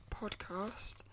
podcast